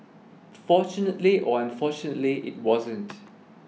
fortunately or unfortunately it wasn't